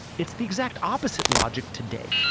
it's the exact opposite logic today.